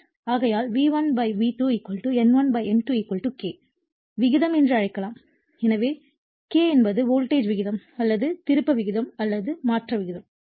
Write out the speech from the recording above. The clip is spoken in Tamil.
ஆகையால் V1 V2 N1 N2 K ஐ விகிதம் என்று அழைக்கலாம் எனவே கே என்பது வோல்டேஜ் விகிதம் அல்லது திருப்ப விகிதம் அல்லது மாற்ற விகிதம்